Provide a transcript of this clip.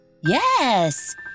Yes